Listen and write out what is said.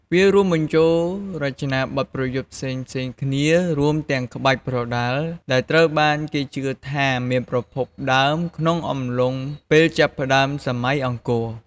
វារួមបញ្ចូលរចនាបទប្រយុទ្ធផ្សេងៗគ្នា រួមទាំង ក្បាច់ប្រដាល់ ដែលត្រូវបានគេជឿថាមានប្រភពដើមក្នុងអំឡុងពេលចាប់ផ្តើមសម័យអង្គរ។